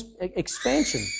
expansion